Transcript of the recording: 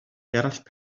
gerallt